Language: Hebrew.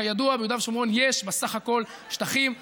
כידוע, ביהודה ושומרון יש בסך הכול שטחים גדולים.